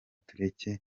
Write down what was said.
turekere